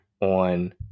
on